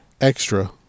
Extra